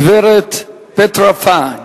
הגברת פטרה פאו.